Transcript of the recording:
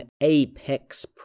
apex